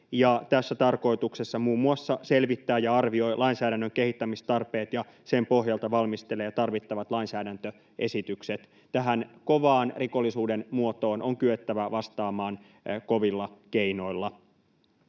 tässä tarkoituksessa muun muassa selvittää ja arvioi lainsäädännön kehittämistarpeet ja sen pohjalta valmistelee tarvittavat lainsäädäntöesitykset. Tähän kovaan rikollisuuden muotoon on kyettävä vastaamaan kovilla keinoilla.